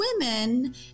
women